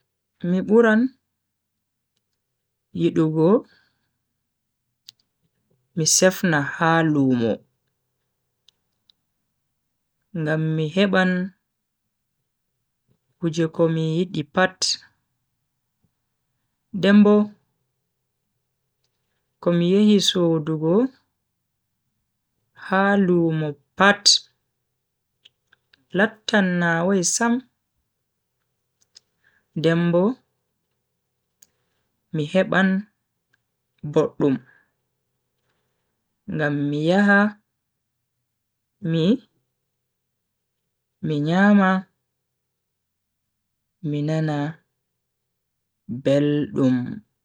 Mi buran yidugo mi sefna ha lumo ngam mi heban kuje komi yidi pat. den Bo komi yehi sodugo ha lumo pat lattan nawai Sam den bo mi heban boddum ngam mi yaha mi mi nyama mi nana beldum.